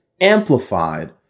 amplified